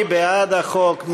מי בעד החוק?